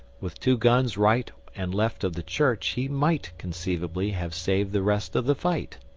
with two guns right and left of the church he might conceivably have saved the rest of the fight.